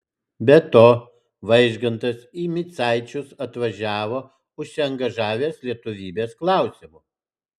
be to vaižgantas į micaičius atvažiavo užsiangažavęs lietuvybės klausimu